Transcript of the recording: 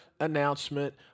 announcement